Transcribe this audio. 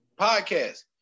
podcast